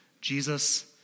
Jesus